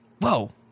Whoa